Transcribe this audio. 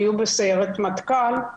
הם היו בסיירת מטכ"ל,